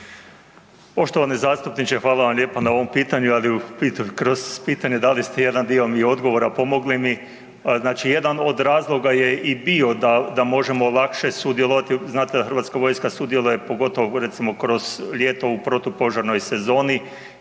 Poštovani zastupniče hvala vam lijepa na ovom pitanju. Kroz pitanje dali ste mi jedan dio odgovora, pomogli mi. Znači, jedan od razloga je bio da možemo lakše sudjelovati, znate da Hrvatska vojska sudjeluje pogotovo recimo kroz ljeto u protupožarnoj sezoni